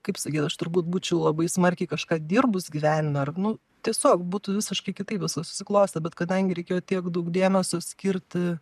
kaip sakyt aš turbūt būčiau labai smarkiai kažką dirbus gyvenime ar nu tiesiog būtų visiškai kitaip viskas susiklostę bet kadangi reikėjo tiek daug dėmesio skirti